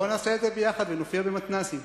בואו נעשה את זה יחד ונופיע במתנ"סים.